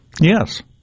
Yes